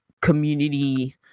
community